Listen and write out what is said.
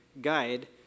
guide